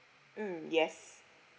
mm yes